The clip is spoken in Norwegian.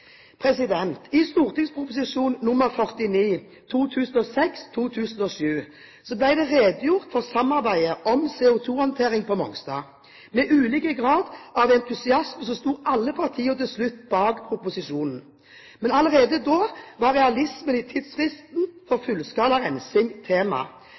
I St.prp. nr. 49 for 2006–2007 ble det redegjort for samarbeidet om CO2-håndtering på Mongstad. Med ulik grad av entusiasme stilte alle partier seg til slutt bak proposisjonen. Allerede da var realismen i tidsfristen for